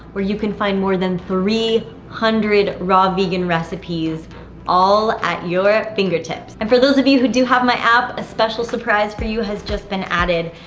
where you can find more than three hundred raw vegan recipes all at your fingertips. and for those of you who do have my app, a special surprise for you has just been added.